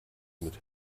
mit